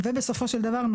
ובסופו של דבר,